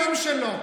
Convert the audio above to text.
לבנים שלו.